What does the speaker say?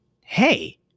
Hey